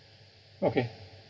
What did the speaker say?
okay